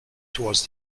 toward